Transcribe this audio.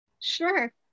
Sure